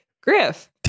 Griff